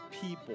people